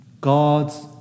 God's